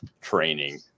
training